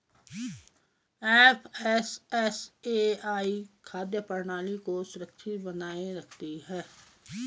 FSSAI खाद्य प्रणाली को सुरक्षित बनाए रखती है